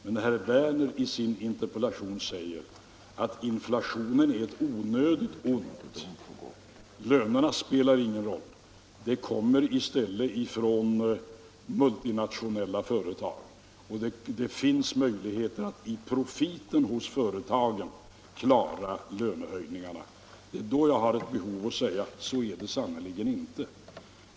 Men herr Werner i Tyresö säger i sin interpellation att inflationen är ett onödigt ont, att lönerna inte spelar någon roll, att inflationen i stället kommer från multinationella företag och att det finns möjligheter att i profiten hos företagen klara lönehöjningarna. Det är då jag har ett behov av att säga: Så är det sannerligen inte.